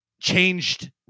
changed